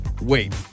wait